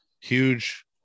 huge